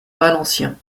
valencien